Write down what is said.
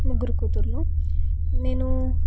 ముగ్గురు కూతుళ్ళు నేను